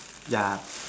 yeah